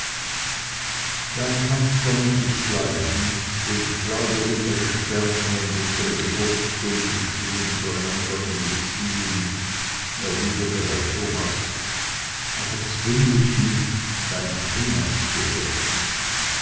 dein kanzler muß ich bleiben denn ich glaube unsere sterne und unsere geburtsstunden stehen zueinander in beziehung erwiderte herr thomas aber zwinge mich nicht dein primas zu werden